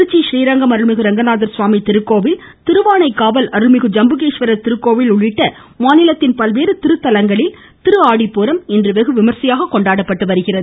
கிருச்சி ஸ்ரீரங்கம் ரெங்கநாதர்சுவாமி அருள்மிகு திருக்கோவில் திருவாணைக்காவல் அருள்மிகு ஜம்புகேஸ்வரர் திருக்கோவில் உள்ளிட்ட மரிநலத்தின் பல்வேறு திருத்தலங்களில் திரு ஆடிப்பூரம் இன்று வெகுவிமர்சையாக கொண்டாடப்படுகிறது